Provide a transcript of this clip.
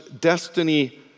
Destiny